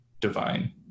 divine